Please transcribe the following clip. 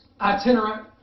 itinerant